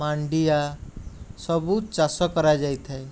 ମାଣ୍ଡିଆ ସବୁ ଚାଷ କରାଯାଇଥାଏ